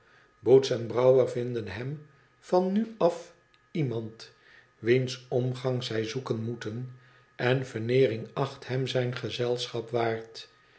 boots en brouwer vinden hem van nu af iemand wiens omgang zij zoeken moeten en veneering acht hem zijn gezelschap waard